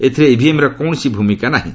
ଏଥିରେ ଇଭିଏମ୍ର କୌଣସି ଭୂମିକା ନାହିଁ